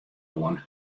oan